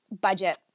budget